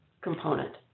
component